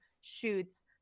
shoots